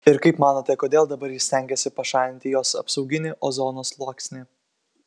ir kaip manote kodėl dabar jis stengiasi pašalinti jos apsauginį ozono sluoksnį